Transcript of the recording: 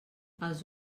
els